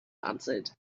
answered